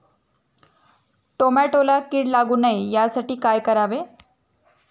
टोमॅटोला कीड लागू नये यासाठी काय करावे?